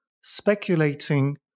speculating